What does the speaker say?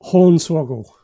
Hornswoggle